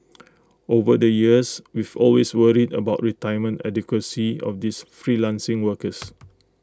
over the years we've always worried about retirement adequacy of these freelancing workers